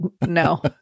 No